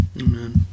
Amen